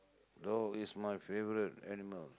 dog is my favourite animal